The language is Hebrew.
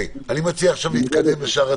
אני מציע להתקדם לשאר הדברים.